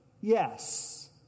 Yes